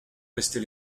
rester